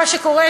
מה שקורה,